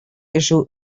issue